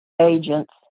agents